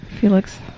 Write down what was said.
Felix